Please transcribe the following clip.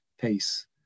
pace